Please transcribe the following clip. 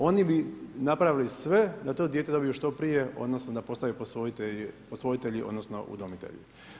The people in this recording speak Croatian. Oni bi napravili sve da to dijete dobiju što prije, odnosno da postanu posvojitelji, odnosno udomitelji.